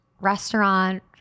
restaurant